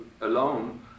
alone